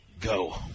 go